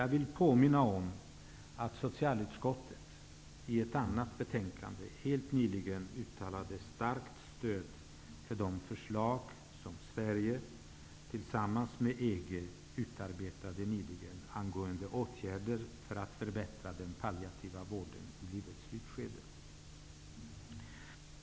Jag vill påminna om att socialutskottet i ett annat betänkande helt nyligen uttalade starkt stöd för de förslag som Sverige, tillsammans med EG, har utarbetat angående åtgärder för att förbättra den palliativa vården i livets slutskede.